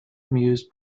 muse